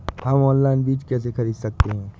हम ऑनलाइन बीज कैसे खरीद सकते हैं?